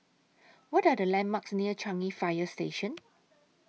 What Are The landmarks near Changi Fire Station